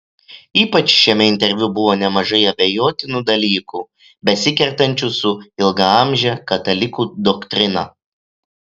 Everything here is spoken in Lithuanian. ypač šiame interviu buvo nemažai abejotinų dalykų besikertančių su ilgaamže katalikų doktrina